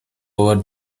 over